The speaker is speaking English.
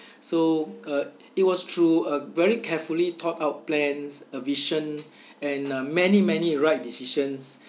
so uh it was through uh very carefully thought out plans a vision and uh many many right decisions